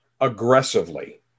aggressively